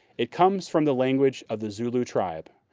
it comes from the language of the zulu tribe,